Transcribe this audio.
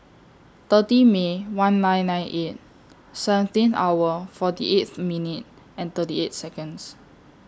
thirty May one nine eight eight seventeen hour forty eighth minutes thirty eighth Seconds